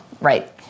Right